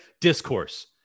Discourse